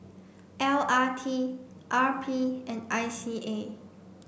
L R T R P and I C A